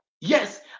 Yes